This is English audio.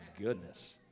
goodness